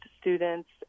students